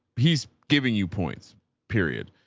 he's giving you points period.